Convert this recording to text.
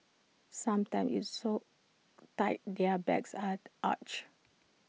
sometimes IT so tight their backs are arched